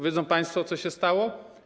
Wiedzą państwo, co się stało?